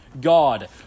God